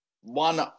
one